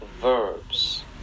verbs